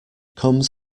comes